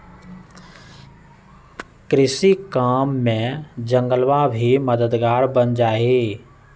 कृषि काम में जंगलवा भी मददगार बन जाहई